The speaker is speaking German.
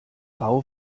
bau